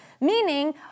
meaning